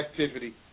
activity